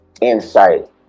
insight